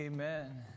Amen